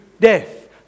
death